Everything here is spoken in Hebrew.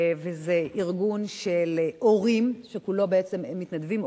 וזה ארגון של הורים שכולו בעצם מתנדבים.